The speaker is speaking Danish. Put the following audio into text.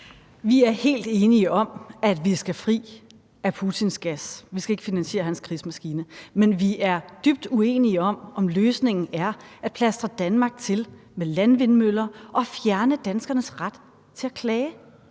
Vi er helt enige om, at vi skal fri af Putins gas; vi skal ikke finansiere hans krigsmaskine. Men vi er dybt uenige om, om løsningen er at plastre Danmark til med landvindmøller og fjerne danskernes ret til at klage.